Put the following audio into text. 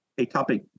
atopic